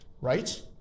right